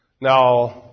Now